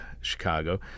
Chicago—